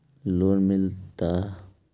Loan मिलता?